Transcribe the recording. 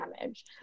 damage